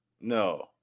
No